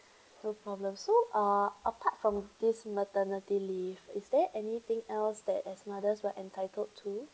no problem so uh apart from this maternity leave is there anything else that as mothers were entitled to